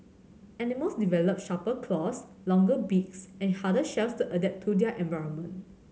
animals develop sharper claws longer beaks and harder shells to adapt to their environment